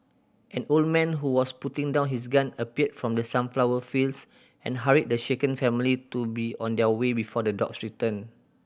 an old man who was putting down his gun appeared from the sunflower fields and hurried the shaken family to be on their way before the dogs return